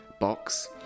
box